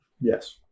Yes